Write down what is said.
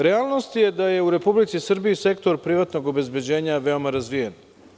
Realnost je da je u Republici Srbiji sektor privatnog obezbeđenja veoma razvijen.